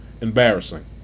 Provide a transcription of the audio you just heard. embarrassing